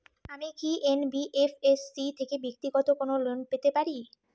আমি কি এন.বি.এফ.এস.সি থেকে ব্যাক্তিগত কোনো লোন পেতে পারি?